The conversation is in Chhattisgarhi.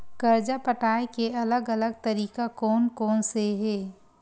कर्जा पटाये के अलग अलग तरीका कोन कोन से हे?